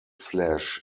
flash